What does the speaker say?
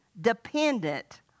dependent